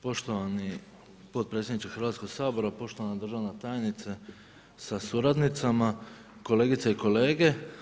Poštovani potpredsjedniče Hrvatskog sabora, poštovana državna tajnice sa suradnicima, kolegice i kolege.